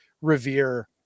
revere